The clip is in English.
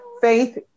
Faith